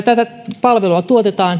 tätä palvelua tuotetaan